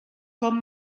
com